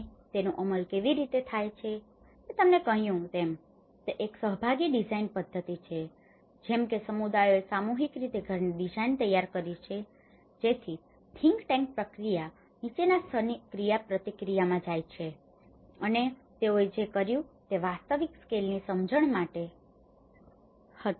અને તેનો અમલ કેવી રીતે થાય છે મેં તમને કહ્યું તેમ તે એક સહભાગી ડિઝાઇન પદ્ધતિ છે જેમ કે સમુદાયોએ સામૂહિક રીતે ઘરની ડીઝાઇન તૈયાર કરી છે જેથી થિંક ટેન્ક પ્રક્રિયા નીચેના સ્તરની ક્રિયાપ્રતિક્રિયામાં જાય છે અને તેઓએ જે કર્યું તે વાસ્તવિક સ્કેલની સમજણ માટે હતું